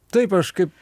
taip aš kaip